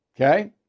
Okay